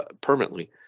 permanently